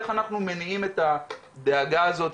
איך אנחנו מניעים את הדאגה הזאת,